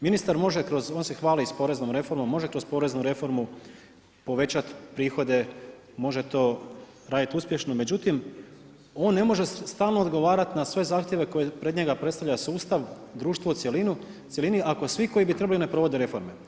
Ministar se hvali sa poreznom reformom, može kroz poreznu reformu povećati prihode, može to raditi uspješno, međutim, on ne može stalno odgovarati na sve zahtjeve koje pred njega predstavlja sustav, društvo u cjelini ako svi koji bi trebali ne provode reforme.